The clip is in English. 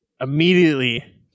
immediately